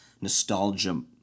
nostalgia